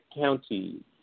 county